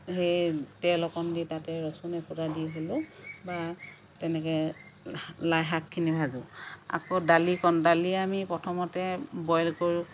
সেই তেল অকণ দি তাতে ৰচুন এফোটা দি হ'লেও বা তেনেকৈ লাই শাকখিনি ভাজোঁ আকৌ দালিকণ দালি আমি প্ৰথমতে বইল কৰোঁ